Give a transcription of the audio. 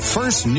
First